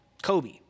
Kobe